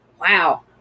wow